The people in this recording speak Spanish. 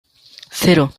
cero